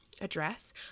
address